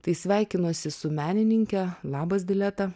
tai sveikinuosi su menininke labas dileta